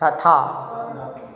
तथा